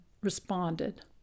responded